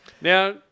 Now